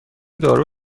دارو